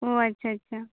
ᱚᱸᱻ ᱟᱪᱪᱷᱟ ᱟᱪᱪᱷᱟ